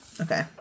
Okay